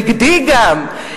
נגדי גם.